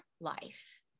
life